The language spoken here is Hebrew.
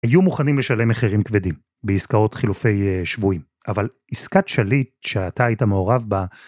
היו מוכנים לשלם מחירים כבדים בעסקאות חילופי שבויים, אבל עסקת שליט שאתה היית מעורב בה,